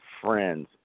friends